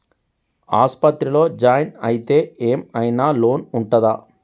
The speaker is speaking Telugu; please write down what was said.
ఆస్పత్రి లో జాయిన్ అయితే ఏం ఐనా లోన్ ఉంటదా?